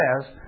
says